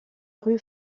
rue